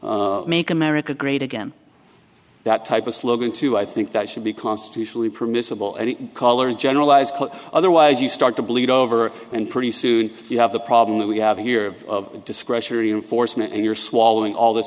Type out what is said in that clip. slogans make america great again that type of slogan too i think that should be constitutionally permissible and color generalized otherwise you start to bleed over and pretty soon you have the problem that we have here discretionary foresman and you're swallowing all th